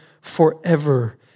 forever